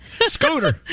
Scooter